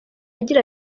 agira